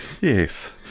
Yes